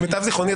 למיטב זיכרוני,